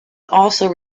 also